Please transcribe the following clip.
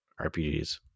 rpgs